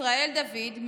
ישראל דוד,